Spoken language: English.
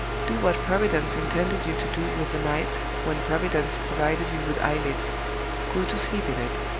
do what providence intended you to do with the night when providence provided you with eyelids go to sleep in it.